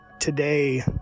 today